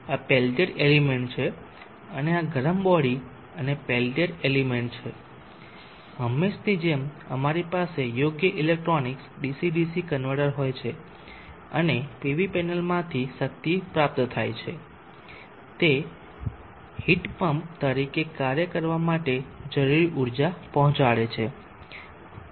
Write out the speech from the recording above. તેથી આ Peltier element છે અને આ ગરમ બોડી અને પેલ્ટીયર એલિમેન્ટ છે હંમેશની જેમ અમારી પાસે યોગ્ય ઇલેક્ટ્રોનિક્સ ડીસી ડીસી કન્વર્ટર હોય છે અને પીવી પેનલમાંથી શક્તિ પ્રાપ્ત થાય છે અને હીટ પંપ તરીકે કાર્ય કરવા માટે જરૂરી ઊર્જા પહોંચાડે છે